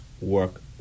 work